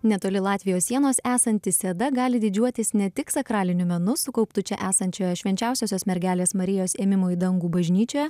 netoli latvijos sienos esanti seda gali didžiuotis ne tik sakraliniu menu sukauptu čia esančioje švenčiausiosios mergelės marijos ėmimo į dangų bažnyčioje